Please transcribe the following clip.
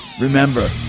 remember